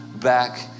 back